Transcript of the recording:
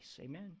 Amen